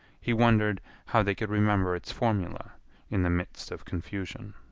he wondered how they could remember its formula in the midst of confusion.